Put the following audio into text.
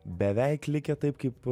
beveik likę taip kaip